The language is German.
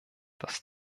das